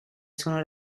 sono